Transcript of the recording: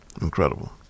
Incredible